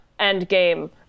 endgame